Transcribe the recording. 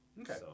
Okay